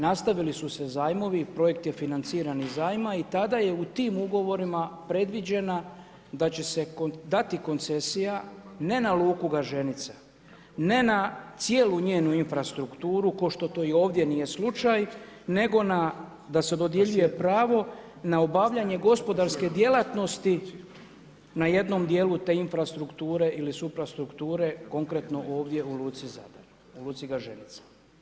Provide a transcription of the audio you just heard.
Nastavili su se zajmovi i projekt je financiran iz zajma i tada je u tim ugovorima predviđena da će se dati koncesija, ne na luku Gaženica, ne na cijelu njenu infrastrukturu kao što to i ovdje nije slučaj, nego da se dodjeljuje pravo na obavljanje gospodarske djelatnosti na jednom djelu te infrastrukture ili suprastrukture, konkretno ovdje u luci Zadar, u luci Gaženica.